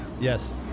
Yes